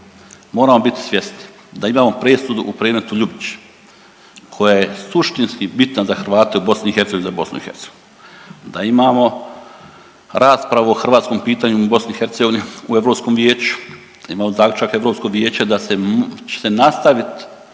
moramo biti svjesni da imamo presudu u predmetu Ljubić koja je suštinska bitna za Hrvate u BiH i za BiH, da imamo raspravu o hrvatskom pitanju u BiH u Europskom vijeću, da imamo zaključak Europskog vijeća da će se nastaviti